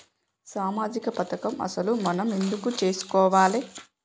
సామాజిక పథకం అసలు మనం ఎందుకు చేస్కోవాలే?